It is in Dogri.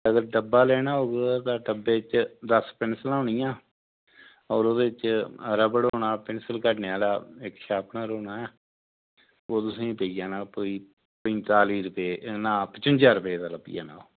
अगर डब्बा लेना होग तां डब्बे च दस पिंसलां होनियां और उ'दे च रबड़ होना पिंसल घड़ने आह्ला इक शापनर होना ऐ ओह् तुसें पेई जाना कोई पंजताली रपेऽ ना पचुन्जा रपेऽ दा लब्भी जाना ओ